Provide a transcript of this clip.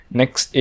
next